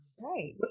right